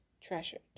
treasured